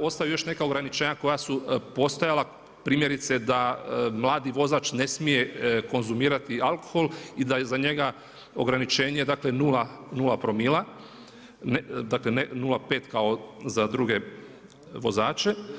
ostaju i još neka ograničenja koja su postojala, primjerice da mladi vozač ne smije konzumirati alkohol i da je za njega ograničenje dakle 0,0 promila, dakle ne 0,5 kao za druge vozače.